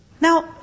Now